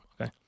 Okay